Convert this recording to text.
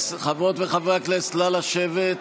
חברות וחברי הכנסת, נא לשבת.